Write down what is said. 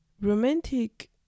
romantic